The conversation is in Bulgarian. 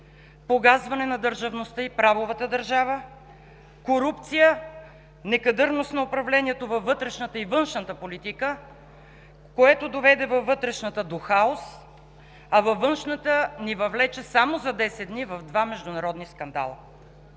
погазване на държавността и правовата държава, корупция, некадърност на управлението във вътрешната и външната политика, което доведе във вътрешната до хаос, а във външната ни въвлече само за десет дни в два международни скандала.